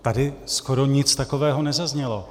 Tady skoro nic takového nezaznělo.